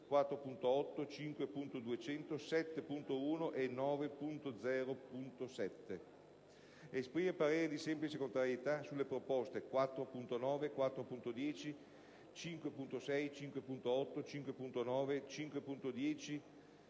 4.8, 5.200, 7.1 e 9.0.7. Esprime parere di semplice contrarietà sulle proposte 4.9, 4.10, 5.6, 5.8, 5.9, 5.10,